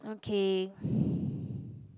okay